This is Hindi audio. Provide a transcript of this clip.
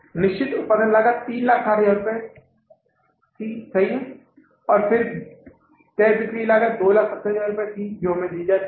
निश्चित उत्पादन लागत ३६०००० रुपये सही थी और फिर तय बिक्री लागत २ ७०००० रुपये है जो हमें दी जाती है